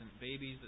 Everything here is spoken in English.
babies